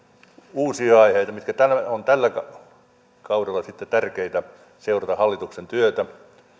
uusia aiheita mitkä ovat tällä kaudella sitten tärkeitä kun seurataan hallituksen työtä ja